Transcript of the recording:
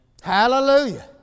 Hallelujah